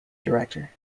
director